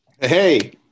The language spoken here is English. hey